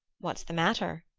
what's the matter?